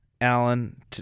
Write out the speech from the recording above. Alan